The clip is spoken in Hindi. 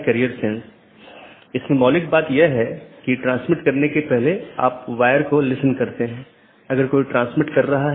यदि स्रोत या गंतव्य में रहता है तो उस विशेष BGP सत्र के लिए ट्रैफ़िक को हम एक स्थानीय ट्रैफ़िक कहते हैं